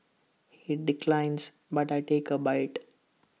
he declines but I take A bite